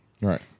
Right